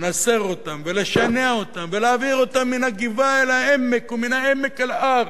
לנסר אותם ולשנע אותם ולהעביר אותם מן הגבעה אל העמק ומן העמק אל ההר,